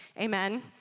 amen